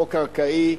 חוק קרקעי,